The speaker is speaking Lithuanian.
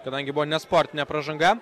kadangi buvo nesportinė pražanga